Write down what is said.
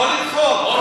או לדחות.